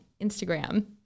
Instagram